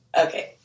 Okay